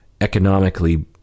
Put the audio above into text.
economically